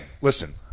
listen